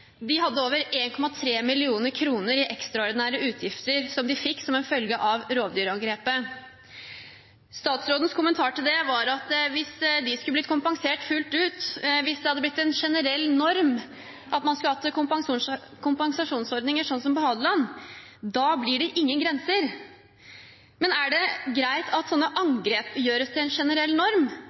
De hadde over 1,3 mill. kr i ekstraordinære utgifter som de fikk som følge av rovdyrangrepet. Statsrådens kommentar til det var at hvis de skulle blitt kompensert fullt ut, hvis det hadde blitt en generell norm at man skulle hatt kompensasjonsordninger sånn som på Hadeland, da hadde det ikke vært noen grenser. Men er det greit at sånne angrep gjøres til en generell norm?